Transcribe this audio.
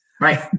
Right